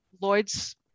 lloyd's